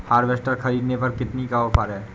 Harvester ख़रीदने पर कितनी का ऑफर है?